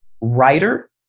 writer